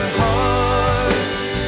hearts